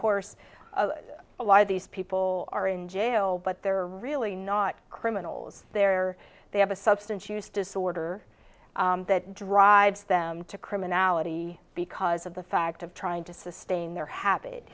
course a lot of these people are in jail but they're really not criminals they're they have a substance use disorder that drives them to criminality because of the fact of trying to sustain their habit